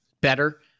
better